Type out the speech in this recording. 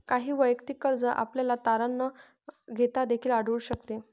काही वैयक्तिक कर्ज आपल्याला तारण न घेता देखील आढळून शकते